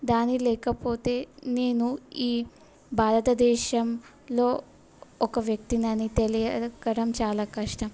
దాని లేకపోతే నేను ఈ భారతదేశంలో ఒక వ్యక్తిని అని తెలియడం చాలా కష్టం